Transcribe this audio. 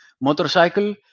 motorcycle